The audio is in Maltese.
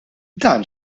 dan